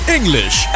English